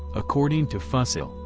according to fussell,